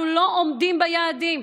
אנחנו לא עומדים ביעדים.